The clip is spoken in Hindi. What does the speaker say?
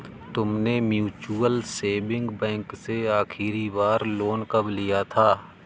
तुमने म्यूचुअल सेविंग बैंक से आखरी बार लोन कब लिया था?